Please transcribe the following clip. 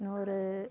நூறு